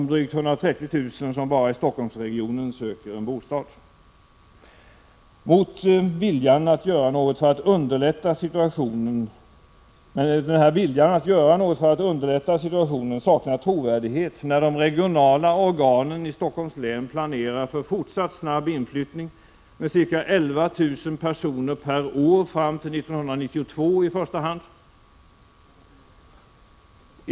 Bara i Stockholmsregionen söker drygt 130 000 bostad. Men talet om viljan att göra något för att underlätta situationen saknar trovärdighet när de regionala organen i Stockholms län planerar för fortsatt snabb inflyttning med ca 11 000 personer per år fram till 1992 i första hand.